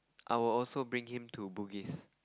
I will also bring him to Bugis